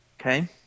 Okay